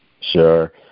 Sure